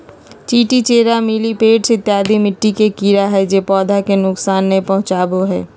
चींटी, चेरा, मिलिपैड्स इत्यादि मिट्टी के कीड़ा हय जे पौधा के नुकसान नय पहुंचाबो हय